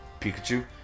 Pikachu